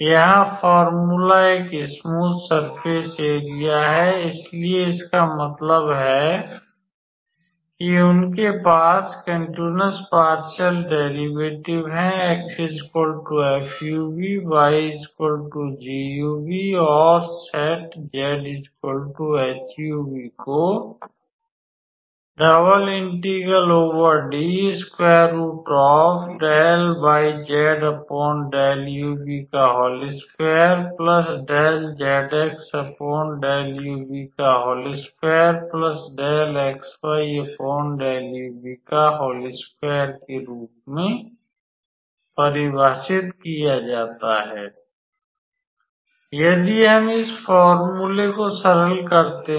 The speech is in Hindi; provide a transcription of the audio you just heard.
यहाँ फॉर्मूला एक स्मूथ सर्फ़ेस का एरिया है इसलिए इसका मतलब है कि उनके पास कंटिन्युस पारशीयल डेरिवेटिव है 𝑥 𝑓 𝑢 𝑣 𝑦 𝑔 𝑢 𝑣 और सेट 𝑧 ℎ u 𝑣 को के रूप में परिभाषित किया जाता है यदि हम इस फोर्मूले को सरल करते हैं